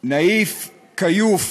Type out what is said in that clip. נאיף כיוף,